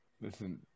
Listen